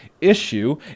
issue